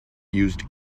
used